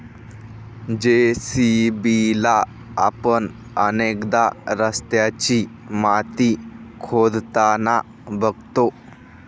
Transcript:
JCB ला आपण अनेकदा रस्त्याची माती खोदताना बघतो